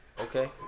Okay